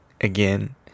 again